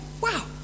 wow